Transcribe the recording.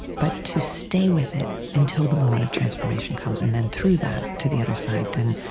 but to stay with it until the moment of transformation comes and then through that, to the other side then,